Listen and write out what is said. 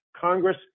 Congress